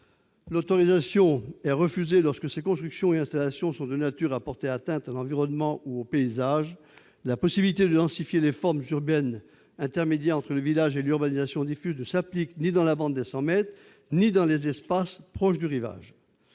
L'autorisation serait refusée si ces constructions ou installations sont de nature à porter atteinte à l'environnement ou au paysage. La possibilité de densifier les formes urbaines intermédiaires entre le village et l'urbanisation diffuse ne s'appliquera ni dans la bande des 100 mètres ni dans les espaces proches du rivage.